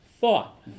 thought